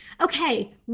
Okay